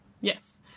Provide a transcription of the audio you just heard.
Yes